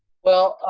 well,